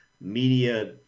media